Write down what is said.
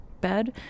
bed